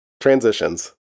Transitions